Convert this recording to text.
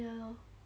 ya lor